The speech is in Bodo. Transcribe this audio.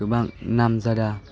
गोबां नामजादा